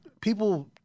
people